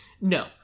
No